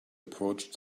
approached